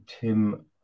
Tim